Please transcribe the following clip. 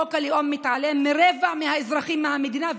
חוק הלאום מתעלם מרבע מהאזרחים במדינה,